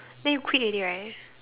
then you quit already right